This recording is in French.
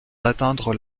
d’atteindre